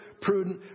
prudent